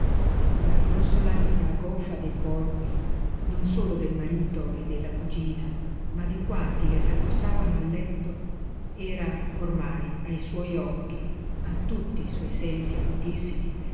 latte la grossolanità goffa dei corpi non solo del marito e della cugina ma di quanti le s'accostavano al letto era ormai ai suoi occhi a tutti i suoi sensi acutissimi